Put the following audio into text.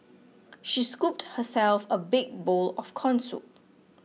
she scooped herself a big bowl of Corn Soup